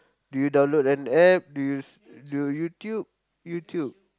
do you download an App do you you YouTube YouTube